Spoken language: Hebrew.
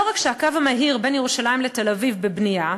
לא רק שהקו המהיר בין ירושלים לתל-אביב בבנייה,